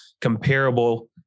comparable